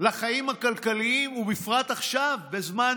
לחיים הכלכליים, ובפרט עכשיו, בזמן